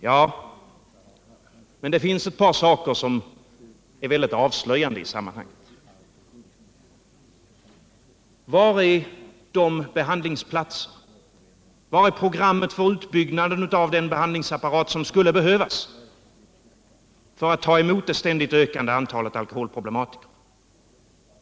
Ja, men det finns ett par saker som är mycket avslöjande i sammanhanget. Var är behandlingsplanen och var är programmet för utbyggnaden av den behandlingsapparat som skulle behövas för att ta emot det ständigt ökande antalet alkoholproblematiker?